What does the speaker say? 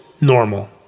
normal